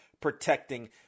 protecting